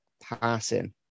passing